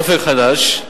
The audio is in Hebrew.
"אופק חדש",